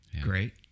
great